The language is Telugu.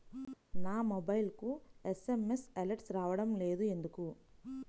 నా మొబైల్కు ఎస్.ఎం.ఎస్ అలర్ట్స్ రావడం లేదు ఎందుకు?